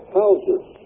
houses